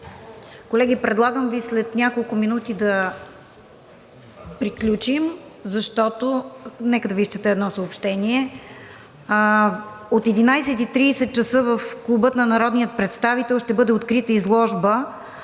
Колеги, предлагам Ви след няколко минути да приключим, защото… Нека да Ви изчета едно съобщение. От 11,30 ч. в Клуба на народния представител ще бъде открита изложба